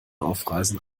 aufreißen